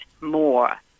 more